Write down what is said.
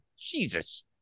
Jesus